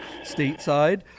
stateside